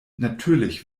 natürlich